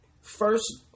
first